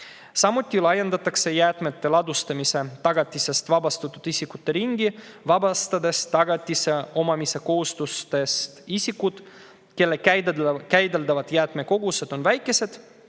Samuti laiendatakse jäätmete ladustamise tagatisest vabastatud isikute ringi, vabastades tagatise omamise kohustusest isikud, kelle käideldavad jäätmekogused on väikesed